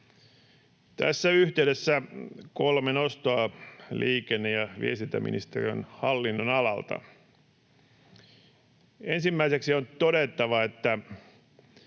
Tässä yhteydessä kolme nostoa liikenne- ja viestintäministeriön hallinnonalalta. Ensimmäiseksi on todettava, että